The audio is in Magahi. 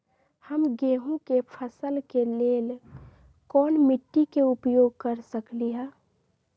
हम गेंहू के फसल के लेल कोन मिट्टी के उपयोग कर सकली ह?